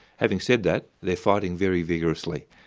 having said that, they're fighting very vigorously.